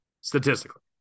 Statistically